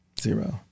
zero